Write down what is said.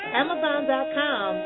amazon.com